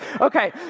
Okay